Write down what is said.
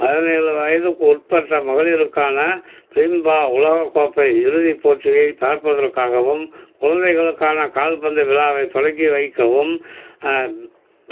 பதினேழு வயதுக்குட்பட்ட மகளிருக்கான ஃபிஃபா உலகக் கோப்பை இறுதிப் போட்டியைப் பார்ப்பதற்காகவும் குழந்தைகளுக்கான கால்பந்து விழாவைத் தொடங்கி வைக்கவும்